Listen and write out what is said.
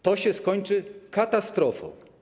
To się skończy katastrofą.